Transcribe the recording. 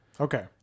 Okay